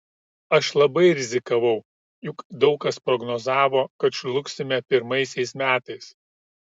aš labai rizikavau juk daug kas prognozavo kad žlugsime pirmaisiais metais